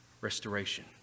restoration